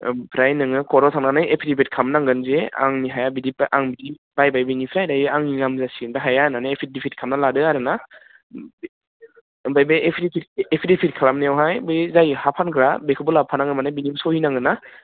ओमफ्राय नोङो कर्टआव थांनानै एफिडेभिट खालामनांगोन जे आंनि हाया बिदि आं बिदि बायबाय बिनिफ्राय दायो आंनि नाम जासिगोन बे हाया होननानै एफिडेभिट खालामना लादो आरोना ओमफ्राय बे एफिडेभिट खालामनायावहाय बै जाय हा फानग्रा बिखौबो लाबफानांगोन माने बिनिबो सहि नांगोन ना